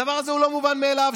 הדבר הזה לא מובן מאליו,